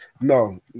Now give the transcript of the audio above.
No